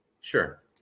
Sure